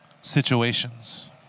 situations